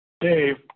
Dave